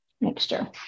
mixture